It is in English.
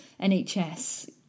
NHS